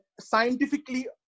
scientifically